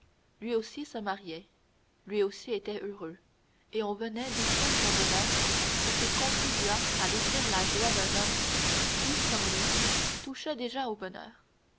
lui aussi se mariait lui aussi était heureux et on venait troubler son bonheur pour qu'il contribuât à détruire la joie d'un homme qui comme lui touchait déjà au bonheur